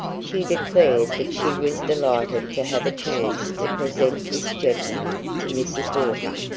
she declared that she was delighted to have a chance to present this gentleman to mrs. walker.